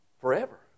Forever